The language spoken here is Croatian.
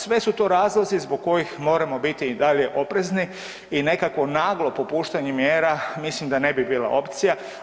Sve su to razlozi zbog kojih moramo biti i dalje oprezni i nekakvo naglo popuštanje mjera mislim da ne bi bilo opcija.